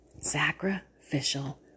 Sacrificial